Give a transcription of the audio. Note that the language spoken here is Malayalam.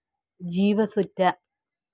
ജീവസ്സുറ്റ